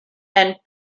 and